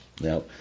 Now